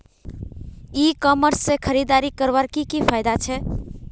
ई commerce से खरीदारी करवार की की फायदा छे?